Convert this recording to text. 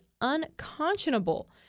unconscionable